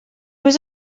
was